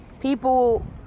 people